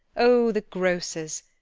oh, the grocers'!